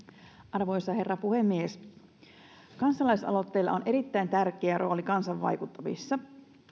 arvoisa herra puhemies kansalaisaloitteella on erittäin tärkeä rooli kansan vaikuttamisessa